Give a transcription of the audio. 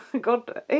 god